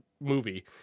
movie